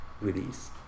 release